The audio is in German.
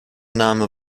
name